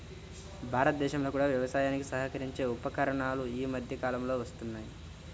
భారతదేశంలో కూడా వ్యవసాయానికి సహకరించే ఉపకరణాలు ఈ మధ్య కాలంలో వస్తున్నాయి